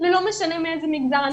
לא משנה מאיזה מגזר.